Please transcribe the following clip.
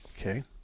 Okay